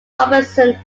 robinson